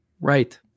Right